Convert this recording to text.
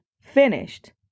finished